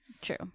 true